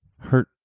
hurt